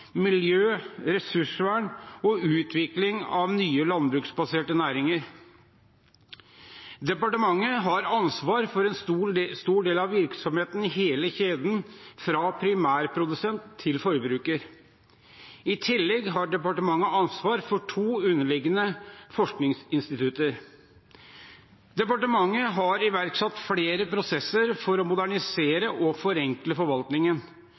miljø, ressursvern og utvikling av nye landbruksbaserte næringer. Departementet har ansvar for en stor del av virksomheten i hele kjeden fra primærprodusent til forbruker. I tillegg har departementet ansvar for to underliggende forskningsinstitutter. Departementet har iverksatt flere prosesser for å modernisere og forenkle forvaltningen.